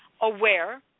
aware